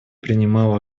принимала